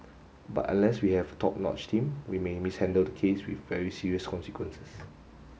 but unless we have a top notch team we may mishandle the case with very serious consequences